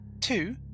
two